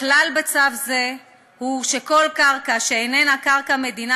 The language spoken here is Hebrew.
הכלל בצו זה הוא שכל קרקע שאיננה קרקע מדינה